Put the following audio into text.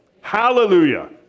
hallelujah